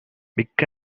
மிக்க